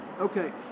Okay